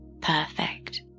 perfect